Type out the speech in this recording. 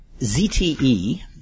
ZTE